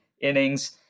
innings